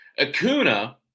Acuna